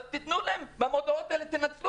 אז תנצלו את המודעות.